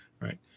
right